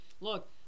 Look